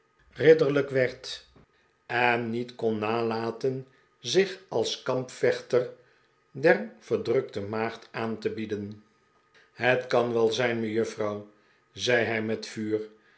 werd en niet kon nalaten zich als kampvechter der verdrukte maagd aan te bieden het kan wel zijn mejuffrouw zei hij met vuur